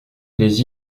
les